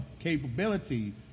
capability